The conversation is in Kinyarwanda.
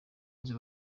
inzu